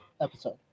episode